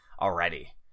already